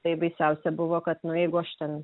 tai baisiausia buvo kad nu jeigu aš ten